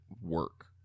work